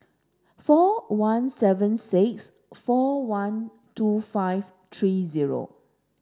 four one seven six four one two five three zero